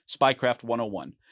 SPYCRAFT101